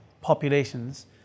populations